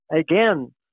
Again